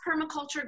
permaculture